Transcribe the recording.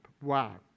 Wow